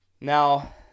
now